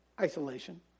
Isolation